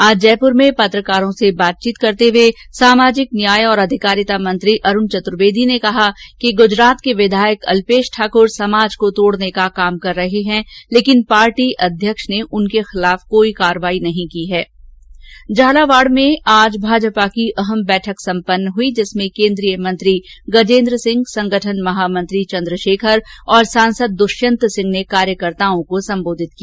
आज जयपुर में पत्रकारों से बातचीत करते हुए सामाजिक न्याय और अधिकारिता मंत्री अरूण चतुर्वेदी ने कहा कि गुजरात के विधायक अर्ल्येश ठाकुर समाज को तोड़ने का काम कर रहे हैं लेकिन पार्टी अध्यक्ष ने उनके खिलाफ कोई कार्यवाही नहीं की है झालावाड़ में आज भाजपा की अहम बैठक सम्पन्न हुई जिसमें केन्द्रीय मंत्री गजेन्द्र सिंह संगठन महामंत्री चंद्रशेखर और सांसद दुष्यंत सिंह ने कार्यकर्ताओं को संबोधित किया